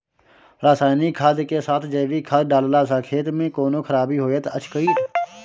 रसायनिक खाद के साथ जैविक खाद डालला सॅ खेत मे कोनो खराबी होयत अछि कीट?